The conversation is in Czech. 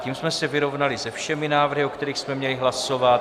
Tím jsme se vyrovnali se všemi návrhy, o kterých jsme měli hlasovat.